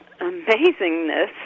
amazingness